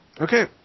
Okay